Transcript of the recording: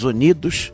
Unidos